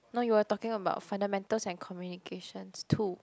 no you were talking about fundamentals and communications too